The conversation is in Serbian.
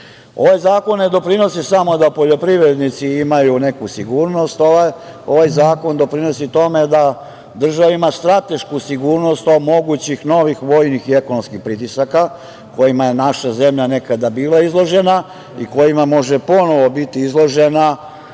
Ovaj zakon ne doprinosi samo da poljoprivrednici imaju neku sigurnost, ovaj zakon doprinosi tome da država ima stratešku sigurnost od mogućih novih vojnih i ekonomskih pritisaka kojima je naša zemlja nekada bila izložena i kojima može ponovo biti izložena,